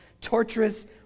torturous